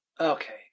Okay